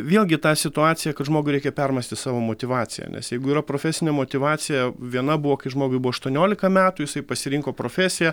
vėlgi tą situaciją kad žmogui reikia permąstyt savo motyvaciją nes jeigu yra profesinė motyvacija viena buvo kai žmogui buvo aštuoniolika metų jisai pasirinko profesiją